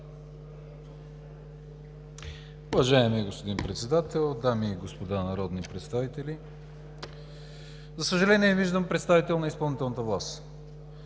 Уважаеми господин Председател, дами и господа народни представители! За съжаление, не виждам представител на изпълнителната власт,